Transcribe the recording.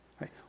right